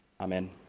amen